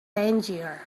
tangier